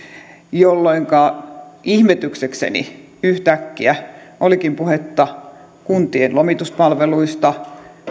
jolloinka ihmetyksekseni yhtäkkiä olikin puhetta kuntien lomituspalveluista